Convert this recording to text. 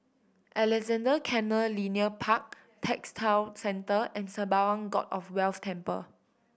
Alexandra Canal Linear Park Textile Centre and Sembawang God of Wealth Temple